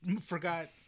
forgot